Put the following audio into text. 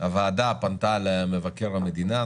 הוועדה פנתה למבקר המדינה.